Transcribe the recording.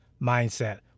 mindset